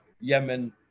Yemen